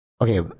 Okay